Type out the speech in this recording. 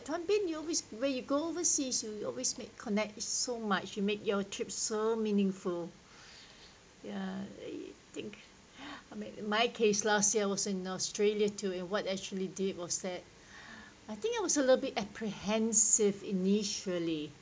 tan biyun you always when you go overseas you you always make connect so much you make your trip so meaningful ya I think I make my case last year was in australia too and what actually did was that I think it was a little bit apprehensive initially